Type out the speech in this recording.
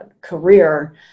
career